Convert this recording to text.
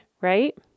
right